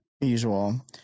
usual